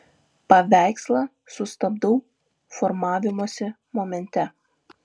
paveikslą sustabdau formavimosi momente